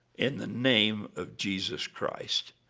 in the name of jesus christ,